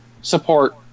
support